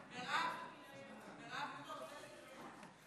חברת הכנסת מרב מיכאלי.